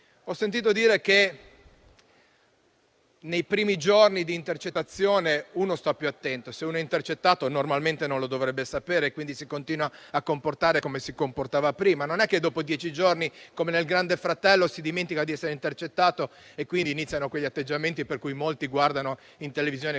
Ho sentito dire che nei primi giorni di intercettazione uno sta più attento. Se uno è intercettato, normalmente non lo dovrebbe sapere e quindi si continua a comportare come si comportava prima. Non è che dopo dieci giorni, come nel "Grande fratello", si dimentica di essere intercettati e quindi iniziano quegli atteggiamenti per cui molti guardano in televisione